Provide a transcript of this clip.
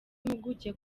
impuguke